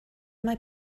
mae